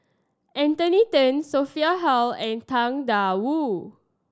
Anthony Then Sophia Hull and Tang Da Wu